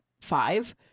five